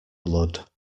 blood